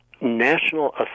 National